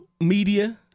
Media